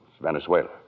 Venezuela